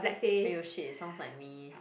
!aiyo! shit sounds like me